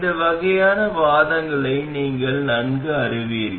இந்த வகையான வாதங்களை நீங்கள் நன்கு அறிவீர்கள்